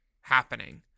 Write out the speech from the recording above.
happening